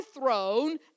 throne